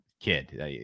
kid